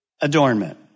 adornment